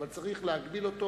אבל צריך להגביל אותו